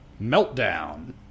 Meltdown